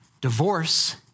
Divorce